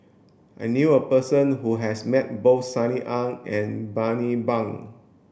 I knew a person who has met both Sunny Ang and Bani Buang